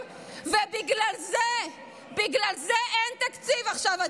ובגלל זה אין עדיין תקציב עכשיו.